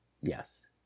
Yes